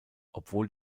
obwohl